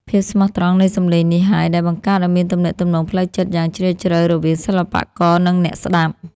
ភាពស្មោះត្រង់នៃសម្លេងនេះហើយដែលបង្កើតឱ្យមានទំនាក់ទំនងផ្លូវចិត្តយ៉ាងជ្រាលជ្រៅរវាងសិល្បករ និងអ្នកស្ដាប់។